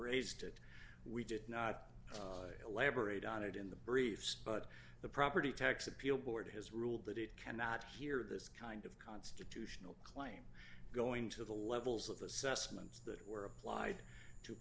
raised it we did not elaborate on it in the briefs but the property tax appeal board has ruled that it cannot hear this kind dunster to tional claim going to the levels of assessments that were applied to